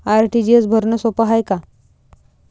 RTGS भरनं सोप हाय का?